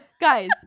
Guys